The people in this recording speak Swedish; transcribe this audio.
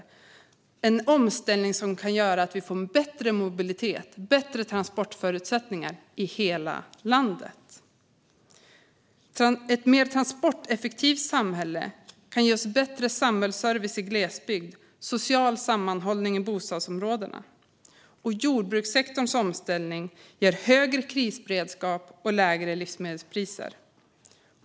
Det är en omställning som kan göra att vi får bättre mobilitet och bättre transportförutsättningar i hela landet. Ett mer transporteffektivt samhälle kan ge oss bättre samhällsservice i glesbygd och social sammanhållning i bostadsområdena. Jordbrukssektorns omställning ger högre krisberedskap och lägre livsmedelspriser.